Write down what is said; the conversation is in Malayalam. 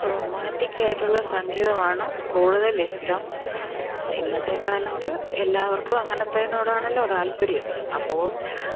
റൊമാൻറിക്ക് ആയിട്ടുള്ള സംഗീതമാണ് കൂടുതൽ ഇഷ്ടം ഇന്നത്തെ കാലത്ത് എല്ലാവർക്കും അങ്ങനത്തേതിനോടാണല്ലോ താൽപ്പര്യം അപ്പോൾ